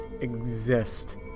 exist